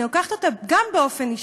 אני לוקחת אותה גם באופן אישי.